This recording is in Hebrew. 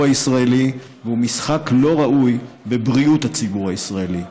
הישראלי והוא משחק לא ראוי בבריאות הציבור הישראלי.